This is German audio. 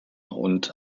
and